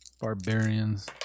barbarians